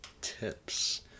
tips